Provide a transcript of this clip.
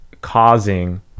causing